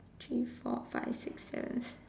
three four five six seven